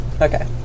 Okay